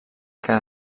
que